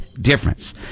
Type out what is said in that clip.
difference